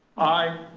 aye.